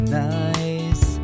nice